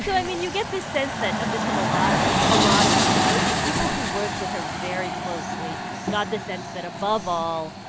i mean, you get this sense that of this from a lot ah lot of people. i would say people who worked with her very closely got the sense that, above all,